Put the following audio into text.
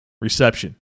reception